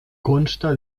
consta